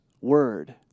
word